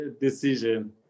decision